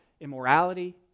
immorality